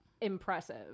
impressive